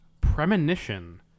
Premonition